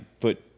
foot